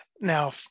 Now